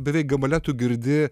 beveik gabale tu girdi